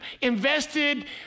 invested